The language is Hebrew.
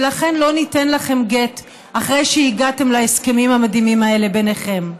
ולכן לא ניתן לכם גט אחרי שהגעתם להסכמים המדהימים האלה ביניכם.